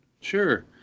Sure